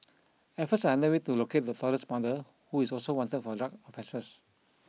efforts under way to locate the toddler's mother who is also wanted for drug offences